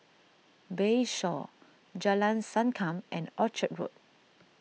Bayshore Jalan Sankam and Orchard Road